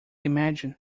imagine